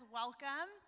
welcome